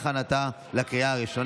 תשלום דמי חניה),